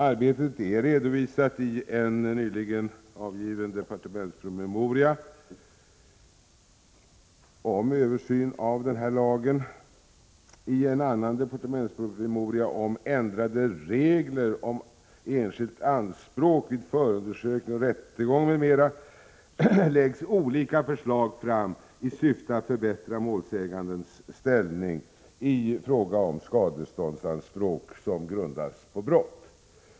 Arbetet är redovisat i en nyligen avgiven departementspromemoria om ”Översyn av brottsskadelagen”. I en annan departementspromemoria om ”Ändrade regler om enskilt anspråk vid förundersökning och rättegång m.m.” läggs olika förslag fram i syfte att förbättra målsägandens ställning i fråga om skadeståndsanspråk som grundas på brott.